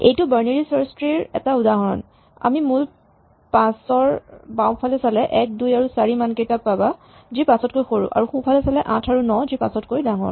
এইটো binary search tree ৰ এটা উদাহৰণ তুমি মূল ৫ ৰ বাওঁফালে চালে ১ ২ আৰু ৪ মানকেইটা পাবা যি ৫ তকৈ সৰু আৰু সোঁফালে চালে ৮ আৰু ৯ যি ৫ তকৈ ডাঙৰ